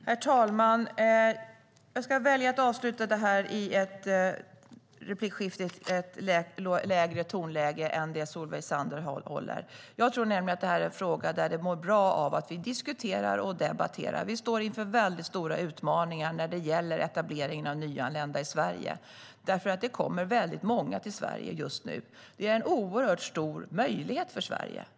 Herr talman! Jag ska välja att avsluta debatten i ett lägre tonläge än det som Solveig Zander håller. Jag tror nämligen att det här är en fråga som mår bra av att vi diskuterar och debatterar. Vi står inför stora utmaningar när det gäller etableringen av nyanlända i Sverige eftersom det kommer väldigt många till Sverige just nu. Det är en stor möjlighet för Sverige.